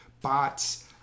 bots